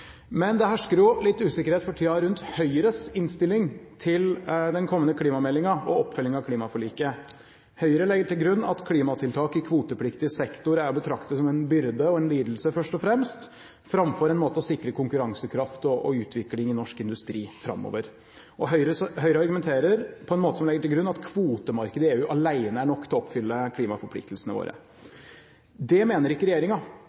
Men det hersker for tiden litt usikkerhet rundt Høyres innstilling til den kommende klimameldingen og oppfølgingen av klimaforliket. Høyre legger til grunn at klimatiltak i kvotepliktig sektor er å betrakte som en byrde og lidelse, først og fremst, framfor en måte å sikre konkurransekraft og utvikling i norsk industri på framover. Høyre argumenterer på en måte som legger til grunn at kvotemarkedet i EU alene er nok til å oppfylle klimaforpliktelsene våre. Det mener ikke